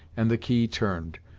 and the key turned.